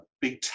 big